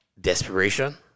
desperation